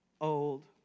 old